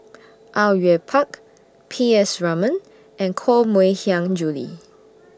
Au Yue Pak P S Raman and Koh Mui Hiang Julie